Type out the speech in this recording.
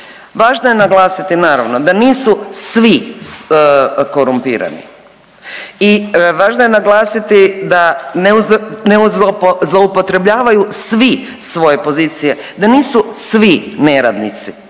Važno je naglasiti naravno da nisu svi korumpirani i važno je naglasiti da ne zloupotrebljavaju svi svoje pozicije, da nisu svi neradnici.